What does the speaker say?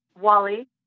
Wally